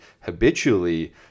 habitually